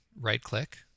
right-click